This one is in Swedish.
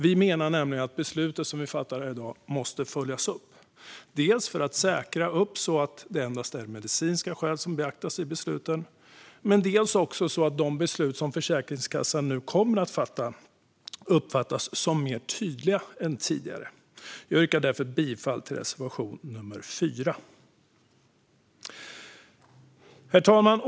Vi menar att beslutet som fattas här i dag måste följas upp, dels för att säkra att det endast är medicinska skäl som beaktas i besluten, dels så att de beslut som Försäkringskassan kommer att fatta uppfattas som mer tydliga än tidigare. Jag yrkar därför bifall till reservation 4. Herr talman!